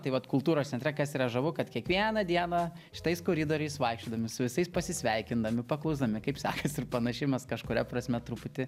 tai vat kultūros centre kas yra žavu kad kiekvieną dieną šitais koridoriais vaikščiodami su visais pasisveikindami paklausdami kaip sekas ir panašiai mes kažkuria prasme truputį